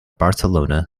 barcelona